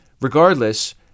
regardless